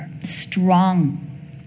strong